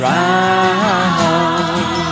Round